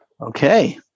Okay